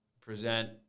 present